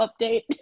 update